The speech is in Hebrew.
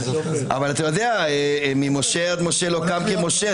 אבל אתה יודע, ממשה עד משה לא קם כמשה.